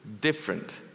different